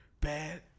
bad